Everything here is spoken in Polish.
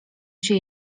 się